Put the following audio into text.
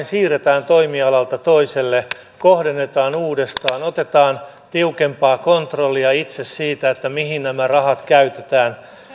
siirretään toimialalta toiselle kohdennetaan uudestaan otetaan tiukempaa kontrollia itse siitä mihin nämä rahat käytetään